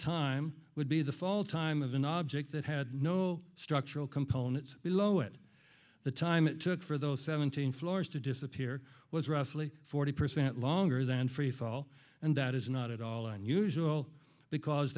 time would be the fall time of an object that had no structural component below it the time it took for those seventeen floors to disappear was roughly forty percent longer than freefall and that is not at all unusual because